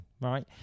right